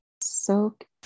soak